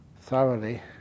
thoroughly